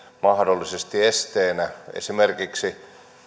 mahdollisesti esteenä esimerkiksi